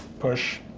push,